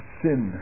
sin